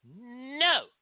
no